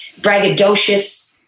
braggadocious